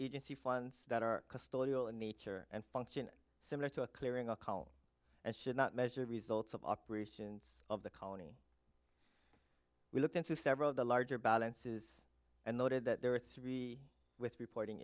agency funds that are custodial in nature and functioning similar to a clearing a column and should not measure results of operations of the colony we looked into several of the larger balances and noted that there were three with reporting